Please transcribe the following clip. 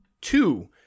two